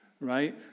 right